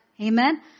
Amen